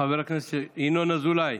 חבר הכנסת ינון אזולאי.